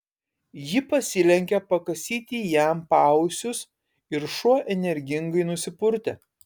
ji pasilenkė pakasyti jam paausius ir šuo energingai nusipurtė